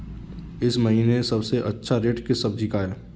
इस महीने सबसे अच्छा रेट किस सब्जी का है?